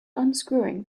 unscrewing